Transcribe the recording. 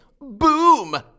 Boom